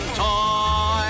time